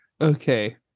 Okay